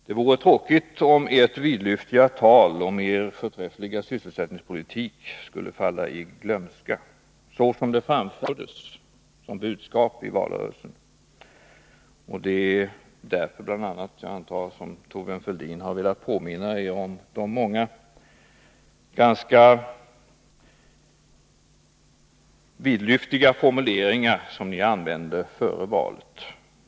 Det vore tråkigt om ert vidlyftiga tal om er förträffliga sysselsättningspolitik skulle falla i glömska, såsom det framfördes som budskap i valrörelsen. Det är bl.a. därför, antar jag, som Thorbjörn Fälldin har velat påminna er om de många ganska vidlyftiga formuleringar som ni använde före valet.